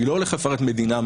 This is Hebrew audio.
אני לא הולך לפרט מדינה-מדינה,